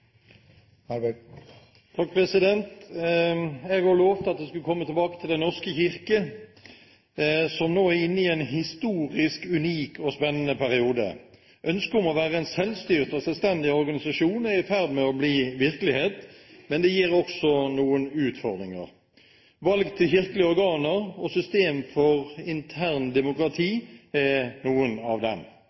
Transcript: Jeg har lovet at jeg skulle komme tilbake til Den norske kirke, som nå er inne i en historisk, unik og spennende periode. Ønsket om å være en selvstyrt og selvstendig organisasjon er i ferd med å bli virkelighet, men det gir også noen utfordringer. Valg til kirkelige organer og system for internt demokrati er noen av dem.